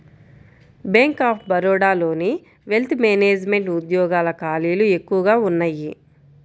bank of బరోడాలోని wealth management ఉద్యోగాల ఖాళీలు ఎక్కువగా ఉన్నయ్యి